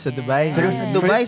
Dubai